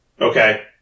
Okay